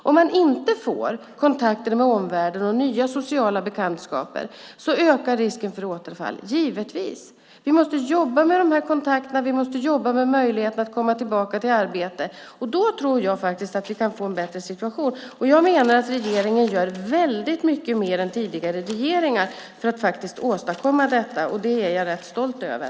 Om man inte får kontakter med omvärlden och nya sociala bekantskaper ökar risken för återfall, givetvis. Vi måste jobba med de här kontakterna och med möjligheten att komma tillbaka till arbete. Då tror jag att vi kan få en bättre situation. Jag menar att regeringen gör väldigt mycket mer än tidigare regeringar för att åstadkomma detta, och det är jag rätt stolt över.